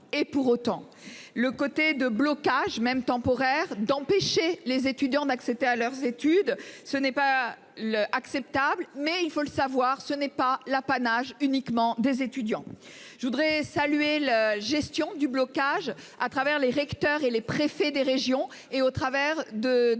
et pour autant le côté de blocage même temporaire d'empêcher les étudiants d'accéder à leurs études. Ce n'est pas le acceptable mais il faut le savoir, ce n'est pas l'apanage uniquement des étudiants. Je voudrais saluer la gestion du blocage à travers les recteurs et les préfets des régions et au travers de